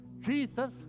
Jesus